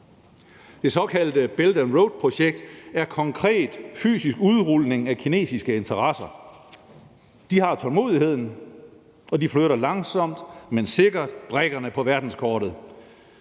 Det såkaldte Belt and Road-projekt er en konkret fysisk udrulning af kinesiske interesser. De har tålmodigheden, og de flytter langsomt, men sikkert brikkerne på verdenskortet.